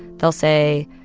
they'll say,